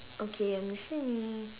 okay I'm listening